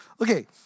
Okay